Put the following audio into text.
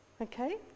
okay